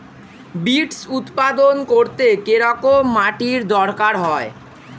Beets উৎপাদন করতে কেরম মাটির দরকার হয়?